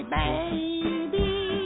baby